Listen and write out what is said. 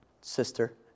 sister